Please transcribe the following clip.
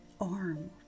arm